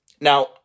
now